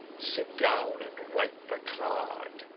sit down and write the card.